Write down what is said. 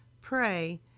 pray